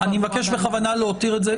אני מבקש בכוונה להותיר את זה.